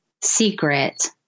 secret